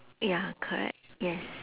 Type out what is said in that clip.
ya correct yes